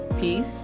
peace